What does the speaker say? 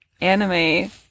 anime